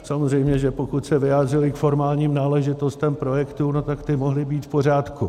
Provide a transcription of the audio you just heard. Samozřejmě že pokud se vyjádřili k formálním náležitostem projektů, tak ty mohly být v pořádku.